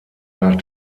nach